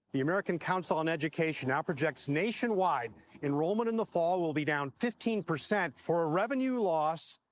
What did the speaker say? the american council on education now projects nationwide enrollment in the fall will be down fifteen percent for a revenue loss,